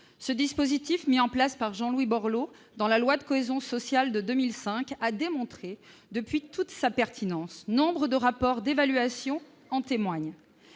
Ce dispositif, mis en place par Jean-Louis Borloo dans la loi de cohésion sociale de 2005, a démontré depuis lors toute sa pertinence. Nombre de rapports d'évaluation en témoignent